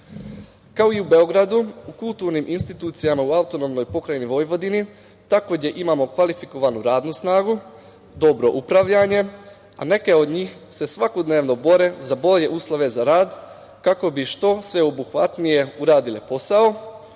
i u Beogradu, u kulturnim institucijama u AP Vojvodini, takođe imamo kvalifikovanu radnu snagu, dobro upravljanje, a neke od njih se svakodnevno bore za bolje uslove za rad, kako bi što sveobuhvatnije uradile posao,